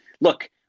Look